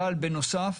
אבל בנוסף,